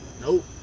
Nope